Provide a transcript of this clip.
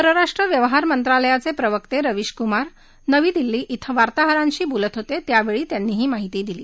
परराष्ट्र व्यवहार मंत्रालयाचे प्रवक्ते रवीश कुमार नवी दिल्ली इथं वार्ताहरांशी बोलत होते त्यावेळी त्यांनी ही माहिती दिला